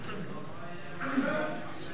התשע"ב 2012,